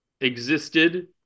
existed